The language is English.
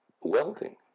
welding